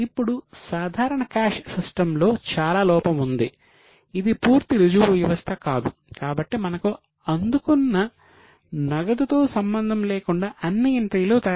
ఇప్పుడు సాధారణ cash system అంటారు